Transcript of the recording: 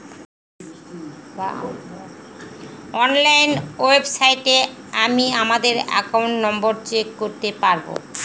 online ওয়েবসাইটে আমি আমাদের একাউন্ট নম্বর চেক করতে পারবো